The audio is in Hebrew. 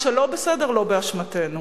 מה שלא בסדר, לא באשמתנו,